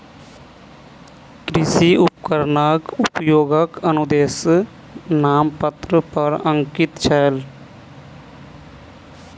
कृषि उपकरणक उपयोगक अनुदेश नामपत्र पर अंकित छल